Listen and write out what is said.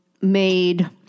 made